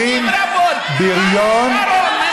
נכון.